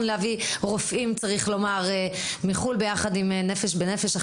להביא רופאים מחוץ לארץ יחד עם נפש בנפש,